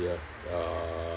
y~ uh